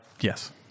Yes